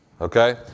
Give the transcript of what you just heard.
okay